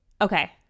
Okay